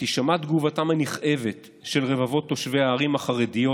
תישמע תגובתם הנכאבת של רבבות תושבי הערים החרדיות,